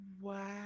wow